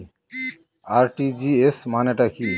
RTGS মানে টা কি?